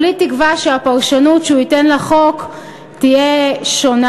כולי תקווה שהפרשנות שהוא ייתן לחוק תהיה שונה.